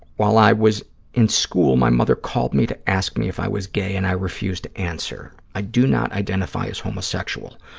while i was in school, my mother called me to ask me if i was gay, and i refused to answer. i do not identify as homosexual.